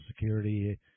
Security